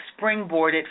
springboarded